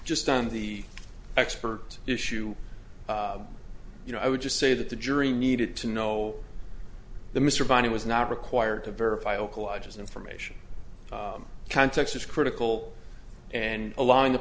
just on the expert issue you know i would just say that the jury needed to know the mr bonny was not required to verify all collages information context is critical and along the